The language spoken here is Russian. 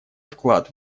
вклад